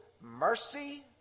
mercy